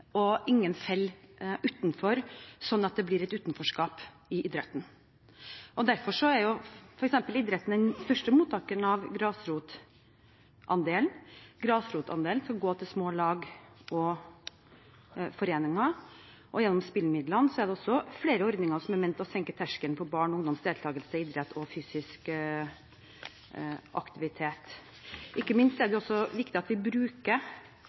og ingen faller utenfor, at det ikke blir et utenforskap i idretten. Idretten er den største mottakeren av grasrotandelen. Grasrotandelen skal gå til små lag og foreninger, og gjennom spillemidlene er det også flere ordninger som er ment for å senke terskelen for barn og ungdommers deltakelse i idrett og fysisk aktivitet. Ikke minst er det viktig at vi bruker